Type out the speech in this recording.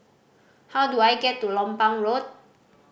how do I get to Lompang Road